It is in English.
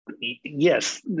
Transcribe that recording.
Yes